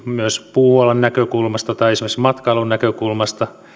puualan näkökulmasta tai esimerkiksi myös matkailun näkökulmasta